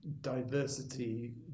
diversity